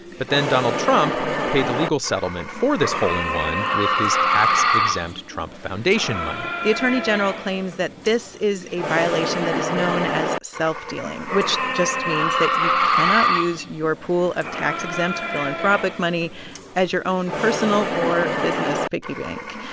but then, donald trump paid the legal settlement for this hole-in-one with his tax-exempt trump foundation money the attorney general claims that this is a violation that is known as self-dealing, which just means that you cannot use your pool of tax-exempt philanthropic money as your own personal or business piggy bank.